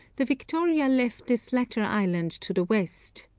the victoria left this latter island to the west,